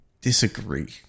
disagree